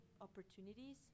opportunities